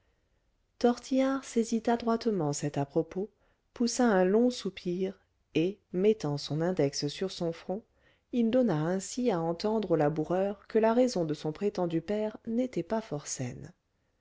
tortillard saisit adroitement cet à-propos poussa un long soupir et mettant son index sur son front il donna ainsi à entendre aux laboureurs que la raison de son prétendu père n'était pas fort saine